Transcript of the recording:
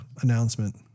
announcement